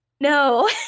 no